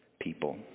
people